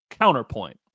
Counterpoint